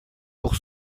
pour